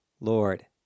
Lord